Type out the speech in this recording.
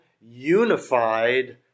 unified